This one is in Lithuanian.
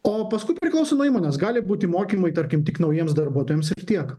o paskui priklauso nuo įmonės gali būti mokymai tarkim tik naujiems darbuotojams ir tiek